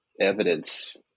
evidence